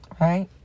Right